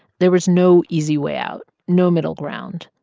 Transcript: there was no easy way out, no middle ground.